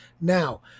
now